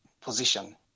position